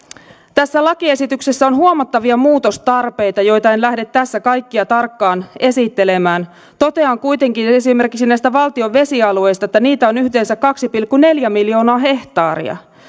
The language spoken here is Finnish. tässä lakiesityksessä on huomattavia muutostarpeita joita en lähde tässä kaikkia tarkkaan esittelemään totean kuitenkin esimerkiksi näistä valtion vesialueista että niitä on yhteensä kaksi pilkku neljä miljoonaa hehtaaria